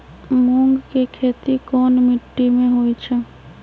मूँग के खेती कौन मीटी मे होईछ?